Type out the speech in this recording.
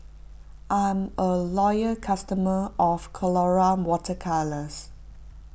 I'm a loyal customer of Colora Water Colours